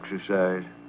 exercise